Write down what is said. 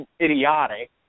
idiotic